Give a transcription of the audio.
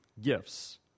gifts